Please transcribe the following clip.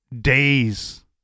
days